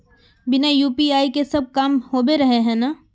बिना यु.पी.आई के सब काम होबे रहे है ना?